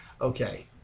Okay